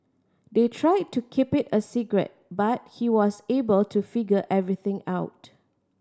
they tried to keep it a secret but he was able to figure everything out